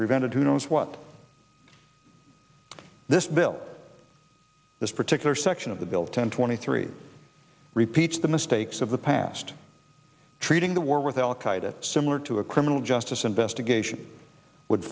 prevented who knows what this bill this particular section of the bill ten twenty three repeats the mistakes of the past treating the war with al qaida similar to a criminal justice investigation would